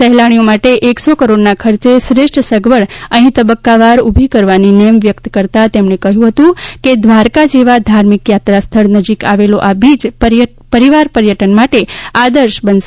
સહેલાણીઓ માટે એકસો કરોડના ખર્ચે શ્રેષ્ઠ સગવડ અહી તબક્કાવાર ઊભી કરવાની નેમ વ્યકત કરતાં તેમણે ઉમેર્થું હતું કે દ્વારકા જેવા ધાર્મિક યાત્રા સ્થળ નજીક આવેલો આ બીચ પરિવાર પર્યટન માટે આદર્શ બનશે